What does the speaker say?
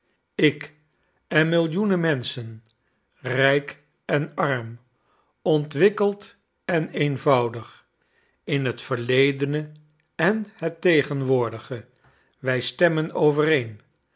ik en millioenen menschen rijk en arm ontwikkeld en eenvoudig in het verledene en het tegenwoordige wij stemmen overeen